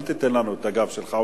אל תיתן לנו את הגב שלך.